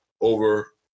over